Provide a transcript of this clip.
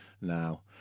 now